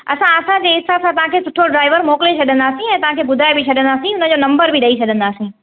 असां असांजे हिसाब सां तव्हांखे सुठो ड्राइवर मोकिले छॾिंदासीं ऐं तव्हांखे ॿुधाए बि छॾिंदासीं उनजो नम्बर बि ॾई छॾिंदासीं